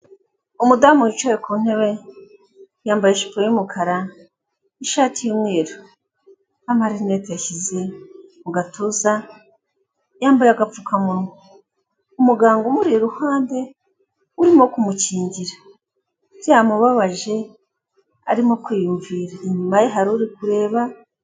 Umudamu wicaye ku ntebe yambaye ijipo y'umukara n'ishati y'umweru n'amarinete yashyize mu gatuza yambaye agapfukamunwa, umuganga umuri iruhande urimo kumukingira byamubabaje arimo kwiyumvira, inyuma ye hari uri kureba.